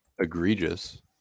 egregious